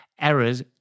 errors